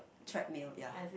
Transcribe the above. treadmill ya